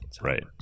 Right